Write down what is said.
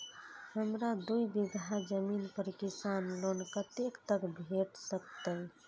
हमरा दूय बीगहा जमीन पर किसान लोन कतेक तक भेट सकतै?